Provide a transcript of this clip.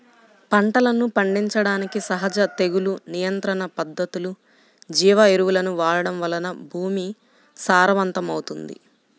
పంటలను పండించడానికి సహజ తెగులు నియంత్రణ పద్ధతులు, జీవ ఎరువులను వాడటం వలన భూమి సారవంతమవుతుంది